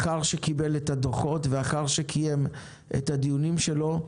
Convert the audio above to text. לאחר שיקיים את הדיונים שלו,